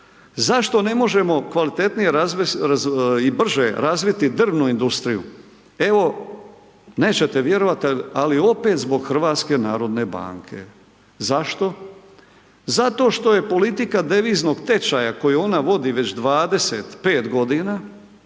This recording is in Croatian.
Zašto ne možemo kvalitetnije i brže razviti drvnu industriju? Evo nećete vjerovati, ali opet zbog Hrvatske narodne banke. Zašto? Zato što je politika deviznog tečaja koji ona vodi već 25 godina